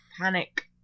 panic